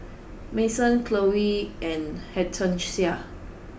Mason Chloie and Hortencia